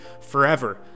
forever